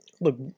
look